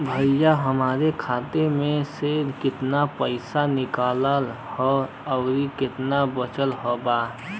भईया हमरे खाता मे से कितना पइसा निकालल ह अउर कितना बचल बा?